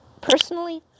personally